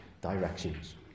directions